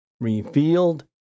revealed